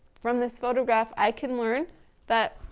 from this photograph i can learn that,